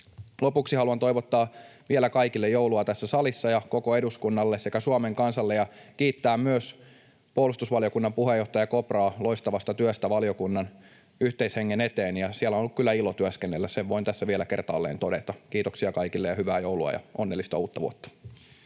Lopuksi haluan toivottaa vielä joulua kaikille tässä salissa ja koko eduskunnalle sekä Suomen kansalle ja kiittää myös puolustusvaliokunnan puheenjohtaja Kopraa loistavasta työstä valiokunnan yhteishengen eteen. Siellä on ollut kyllä ilo työskennellä, sen voin tässä vielä kertaalleen todeta. — Kiitoksia kaikille, ja hyvää joulua ja onnellista uutta vuotta!